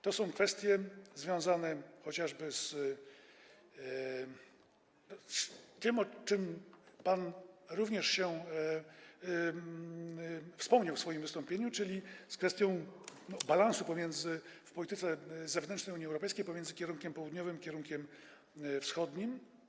To są kwestie związane chociażby z tym, o czym pan również wspomniał w swoim wystąpieniu, czyli z balansem w polityce zewnętrznej Unii Europejskiej pomiędzy kierunkiem południowym i kierunkiem wschodnim.